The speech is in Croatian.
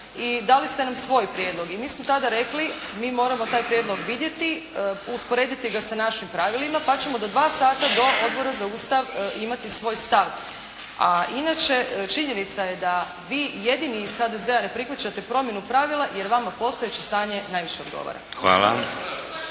i dali ste nam svoj prijedlog. I mi smo tada rekli, mi moramo taj prijedlog vidjeti, usporediti ga sa našim pravilima pa ćemo do dva sata do Odbora za Ustav imati svoj stav. A inače činjenica je da vi jedini iz HDZ-a ne prihvaćate promjenu pravila jer vama postojeće stanje najviše odgovara.